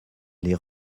les